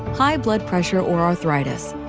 high blood pressure or arthritis.